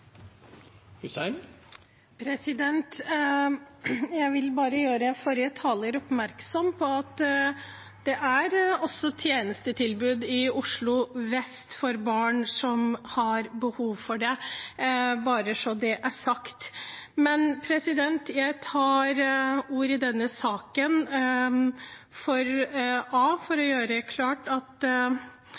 tjenestetilbud i Oslo vest for barn som har behov for det, bare så det er sagt. Jeg tar ordet i denne saken for å gjøre det klart at